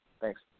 Thanks